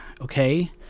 okay